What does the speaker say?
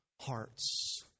hearts